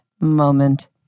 moment